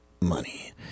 money